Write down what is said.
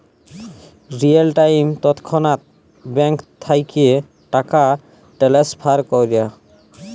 real time তৎক্ষণাৎ bank থ্যাইকে টাকা টেলেসফার ক্যরা